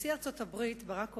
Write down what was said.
נשיא ארצות-הברית ברק אובמה,